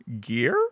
Gear